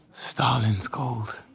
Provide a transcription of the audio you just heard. stalin's called.